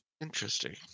Interesting